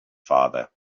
father